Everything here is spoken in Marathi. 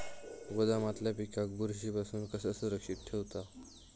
गोदामातल्या पिकाक बुरशी पासून कसा सुरक्षित ठेऊचा?